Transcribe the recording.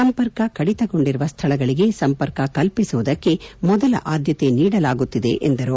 ಸಂಪರ್ಕ ಕಡಿತಗೊಂಡಿರುವ ಸ್ಥಳಗಳಿಗೆ ಸಂಪರ್ಕ ಕಲ್ಪಿಸುವುದಕ್ಕೆ ಮೊದಲ ಆದ್ಯತೆ ನೀಡಲಾಗುತ್ತಿದೆ ಎಂದರು